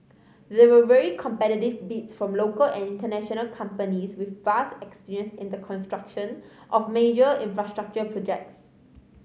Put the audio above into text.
there were very competitive bids from local and international companies with vast experience in the construction of major infrastructure projects